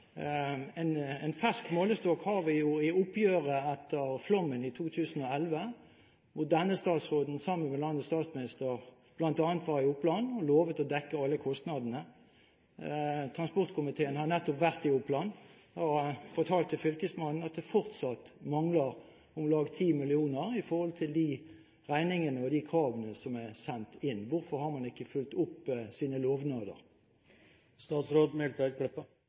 En fersk målestokk har vi i oppgjøret etter flommen i 2011, hvor denne statsråden, sammen med landets statsminister, bl.a. var i Oppland og lovet å dekke alle kostnadene. Transportkomiteen har nettopp vært i Oppland, og da fortalte fylkesmannen at det fortsatt manglet om lag 10 mill. kr i forhold til de regningene og kravene som er sendt inn. Hvorfor har man ikke fulgt opp sine